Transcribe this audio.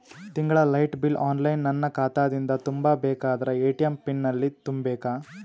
ತಿಂಗಳ ಲೈಟ bill online ನನ್ನ ಖಾತಾ ದಿಂದ ತುಂಬಾ ಬೇಕಾದರ ಎ.ಟಿ.ಎಂ ಪಿನ್ ಎಲ್ಲಿ ತುಂಬೇಕ?